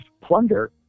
plunder